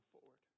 forward